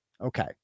Okay